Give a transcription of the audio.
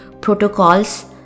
protocols